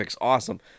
Awesome